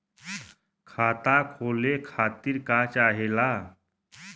खाता खोले खातीर का चाहे ला?